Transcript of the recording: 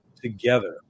together